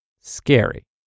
scary